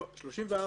לא, את סעיף 34(א).